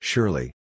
Surely